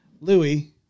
Louis